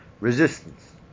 Resistance